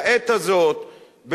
לעת הזאת,